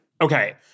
Okay